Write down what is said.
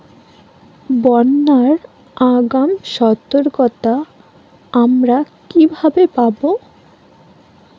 বন্যার আগাম সতর্কতা আমরা কিভাবে পাবো?